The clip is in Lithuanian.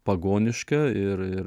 pagoniška ir ir